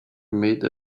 made